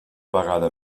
vegada